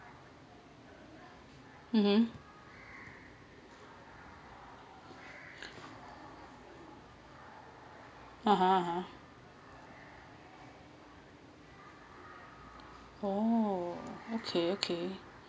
mmhmm (uh huh) (uh huh) oh okay okay